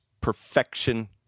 perfection